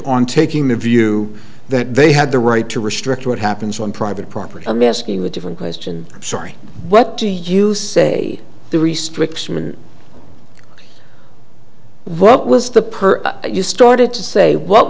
on taking the view that they had the right to restrict what happens on private property i'm asking a different question sorry what do you say the restriction what was the per you started to say what